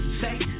say